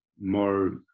more